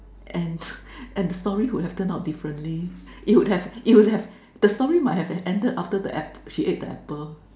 and and the story would have turned out differently it would have it would have the story might have ended after the app~ she ate the apple